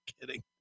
kidding